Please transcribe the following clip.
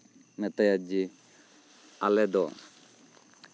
ᱱᱮᱛᱟᱭᱟ ᱡᱮ ᱟᱞᱮ ᱫᱚ